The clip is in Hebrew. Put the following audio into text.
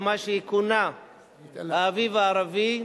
או מה שכונה "האביב הערבי".